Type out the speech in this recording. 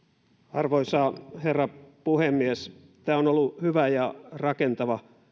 arvoisa herra puhemies tämä on ollut hyvä ja rakentava